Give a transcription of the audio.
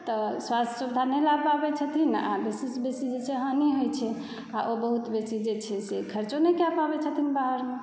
तऽ स्वास्थ्य सुविधा नहि लए पाबै छथिन आ बेसी सँ बेसी जे छै से हानि होइ छै आ ओ बहुत बेसी जे छै से खर्चो नहि कराबै छथिन बाहरमे